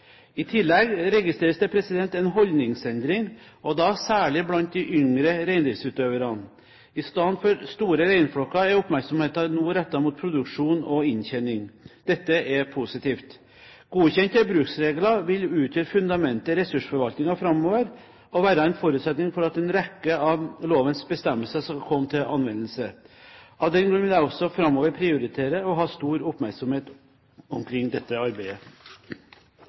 I tillegg registreres det en holdningsendring, og da særlig blant de yngre reindriftsutøverne. Istedenfor store reinflokker er oppmerksomheten nå rettet mot produksjon og inntjening. Dette er positivt. Godkjente bruksregler vil utgjøre fundamentet i ressursforvaltningen framover og være en forutsetning for at en rekke av lovens bestemmelser skal komme til anvendelse. Av den grunn vil jeg også framover prioritere og ha stor oppmerksomhet omkring dette arbeidet.